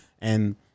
And-